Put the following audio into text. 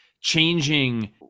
changing